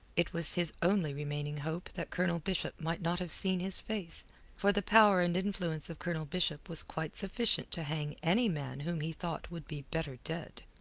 it was his only remaining hope that colonel bishop might not have seen his face for the power and influence of colonel bishop was quite sufficient to hang any man whom he thought would be better dead.